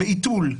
בהיתול,